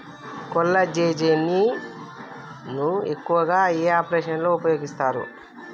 కొల్లాజెజేని ను ఎక్కువగా ఏ ఆపరేషన్లలో ఉపయోగిస్తారు?